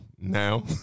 now